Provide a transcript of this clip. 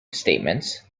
statements